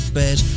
bed